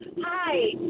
Hi